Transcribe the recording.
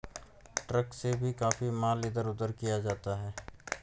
truck से भी काफी माल इधर उधर किया जाता है